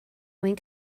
mwyn